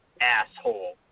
Asshole